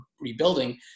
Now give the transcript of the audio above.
rebuilding